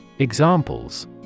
Examples